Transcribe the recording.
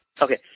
Okay